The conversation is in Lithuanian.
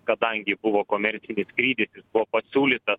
kadangi buvo komercinis skrydis buvo pasiūlytas